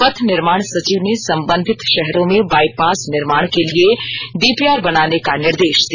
पथ निर्माण सचिव ने संबंधित भाहरों में बाईपांस निर्माण के लिए डीपीआर बनाने का निर्दे ा दिया